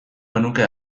genuke